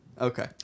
Okay